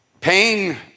Pain